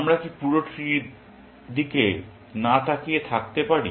আমরা কি পুরো ট্রির দিকে না তাকিয়ে থাকতে পারি